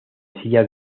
silla